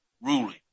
ruling